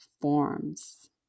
forms